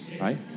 Right